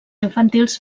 infantils